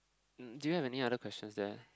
um do you have any other questions there